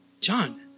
John